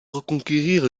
reconquérir